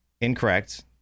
Incorrect